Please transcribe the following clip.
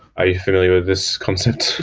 are you familiar with this content?